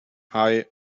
hei